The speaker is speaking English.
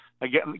Again